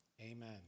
amen